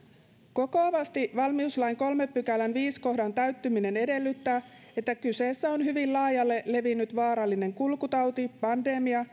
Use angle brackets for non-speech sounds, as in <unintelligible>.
kokoavasti valmiuslain kolmannen pykälän viidennen kohdan täyttyminen edellyttää että kyseessä on hyvin laajalle levinnyt vaarallinen kulkutauti pandemia <unintelligible>